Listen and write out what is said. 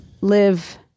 live